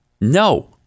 No